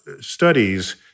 studies